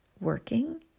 working